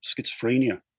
schizophrenia